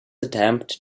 attempt